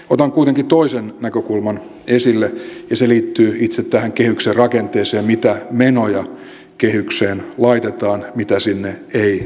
otan kuitenkin toisen näkökulman esille ja se liittyy itse tähän kehyksen rakenteeseen ja siihen mitä menoja kehykseen laitetaan ja mitä sinne ei laiteta